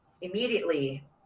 immediately